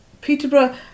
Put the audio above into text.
Peterborough